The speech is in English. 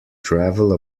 travel